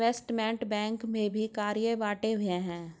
investment bank में भी कार्य बंटे हुए हैं